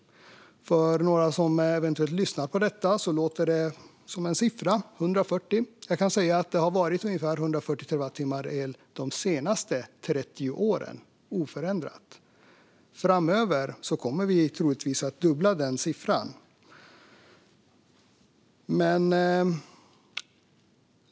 För några som eventuellt lyssnar på detta låter 140 som en siffra. Jag kan säga att det har varit ungefär 140 terawattimmar el oförändrat de senaste 30 åren. Framöver kommer vi troligtvis att dubbla den siffran.